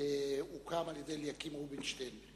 הוקמה על-ידי אליקים רובינשטיין.